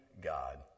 God